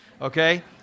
okay